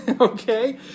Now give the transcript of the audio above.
okay